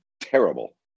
terrible